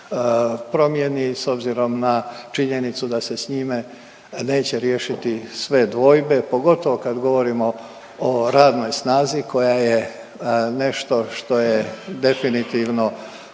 promjeni s obzirom na činjenicu da se s njime neće riješiti sve dvojbe pogotovo kad govorimo o radnoj snazi koja je nešto što je definitivno